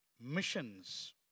Missions